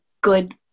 good